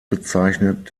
bezeichnet